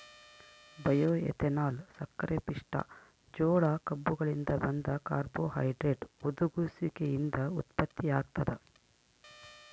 bioethanol ಸಕ್ಕರೆಪಿಷ್ಟ ಜೋಳ ಕಬ್ಬುಗಳಿಂದ ಬಂದ ಕಾರ್ಬೋಹೈಡ್ರೇಟ್ ಹುದುಗುಸುವಿಕೆಯಿಂದ ಉತ್ಪತ್ತಿಯಾಗ್ತದ